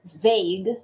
vague